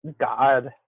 God